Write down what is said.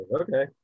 Okay